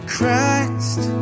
Christ